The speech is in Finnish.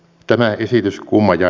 tämä esitys kuuma ja